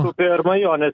rupėjo ir nu jo nes